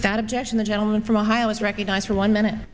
without objection the gentleman from ohio is recognized for one minute